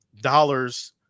dollars